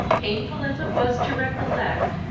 painful as it was to recollect,